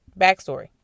Backstory